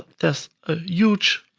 there's a huge